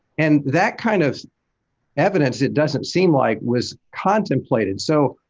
and that kind of evidence, it doesn't seem like, was contemplated. so,